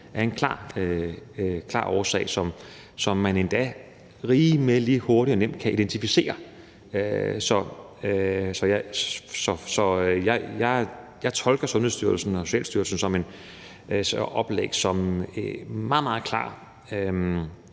af en klar årsag, som man endda rimelig hurtigt og nemt kan identificere. Så jeg tolker Sundhedsstyrelsen og Socialstyrelsens oplæg som en meget, meget klar